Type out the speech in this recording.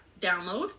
download